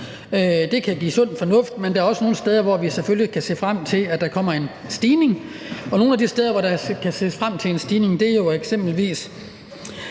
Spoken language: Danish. Det kan der være sund fornuft i. Men der er også nogle steder, hvor vi selvfølgelig kan se frem til, at der kommer en stigning i retsafgiften. Nogle af de steder, hvor der kan ses frem til en stigning, er jo i